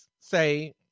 say